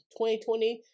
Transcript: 2020